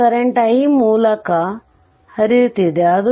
ಇದೇ current i ಈ ಮೂಲಕ ಹರಿಯುತ್ತಿದೆ